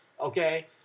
Okay